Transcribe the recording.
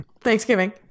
Thanksgiving